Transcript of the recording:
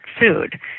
food